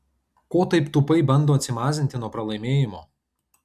ko taip tūpai bando atsimazinti nuo pralaimėjimo